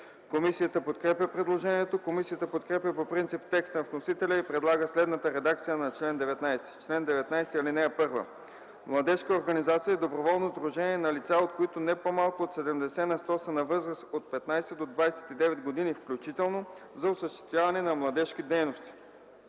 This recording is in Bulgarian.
което е подкрепено от комисията. Комисията подкрепя по принцип текста на вносителя и предлага следната редакция на чл. 19: „Чл. 19. (1) Младежка организация е доброволно сдружение на лица, от които не по-малко от 70 на сто са на възраст от 15 до 29 години включително, за осъществяване на младежки дейности.